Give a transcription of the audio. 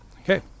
Okay